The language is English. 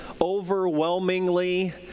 overwhelmingly